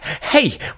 hey